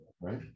right